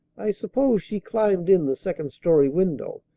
i suppose she climbed in the second-story window,